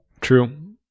True